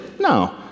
No